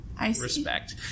respect